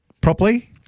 properly